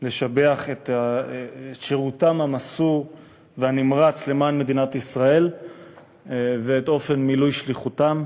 לשבח את שירותם המסור והנמרץ למען מדינת ישראל ואת אופן מילוי שליחותם,